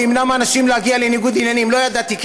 זה ימנע מאנשים להגיע לניגוד עניינים: לא ידעתי,